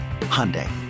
Hyundai